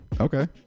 Okay